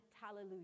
hallelujah